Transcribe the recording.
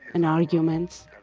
and arguments,